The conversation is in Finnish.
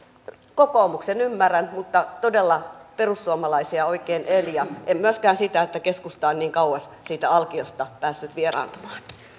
kokoomuksen ymmärrän mutta todella perussuomalaisia oikein en ja en myöskään sitä että keskusta on niin kauas siitä alkiosta päässyt vieraantumaan